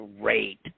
great